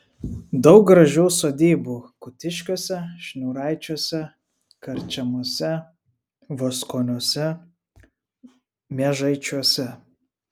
daug gražių sodybų kutiškiuose šniūraičiuose karčemose voskoniuose miežaičiuose